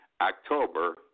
October